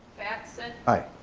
batson. i.